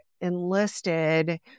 enlisted